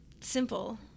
simple